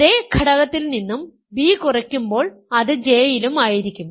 അതേ ഘടകത്തിൽ നിന്നും b കുറയ്ക്കുമ്പോൾ അത് J ലും ആയിരിക്കും